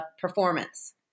performance